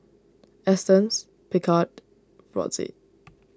Astons Picard Brotzeit